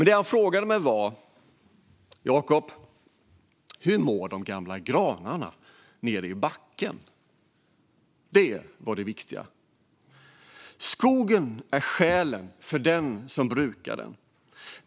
Det han frågade mig var: Jakob, hur mår de gamla granarna nere i backen? Det var det viktiga. Skogen är själen för den som brukar den.